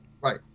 Right